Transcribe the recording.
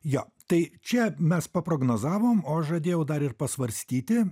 jo tai čia mes paprognozavom o aš žadėjau dar ir pasvarstyti